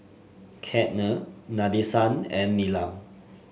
Ketna Nadesan and Neelam